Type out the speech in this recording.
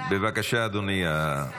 אדוני היושב-ראש.